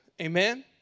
Amen